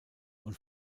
und